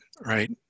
right